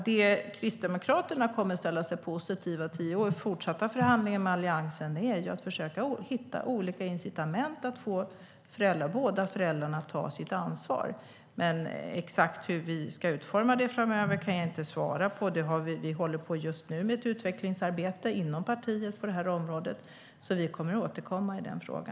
Det Kristdemokraterna kommer att ställa sig positiva till i fortsatta förhandlingar med Alliansen är att försöka hitta olika incitament för att få båda föräldrarna att ta sitt ansvar. Exakt hur vi ska utforma detta framöver kan jag inte svara på. Vi håller just nu på med ett utvecklingsarbete inom partiet på detta område, så vi kommer att återkomma i denna fråga.